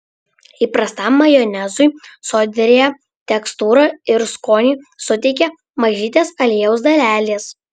įprastam majonezui sodrią tekstūrą ir skonį suteikia mažytės aliejaus dalelės